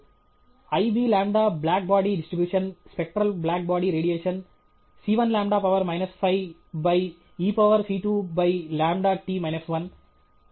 I b lambda black body distribution spectral black body radiation c 1 lambda power minus 5 e power c 2 by lambda t minus 1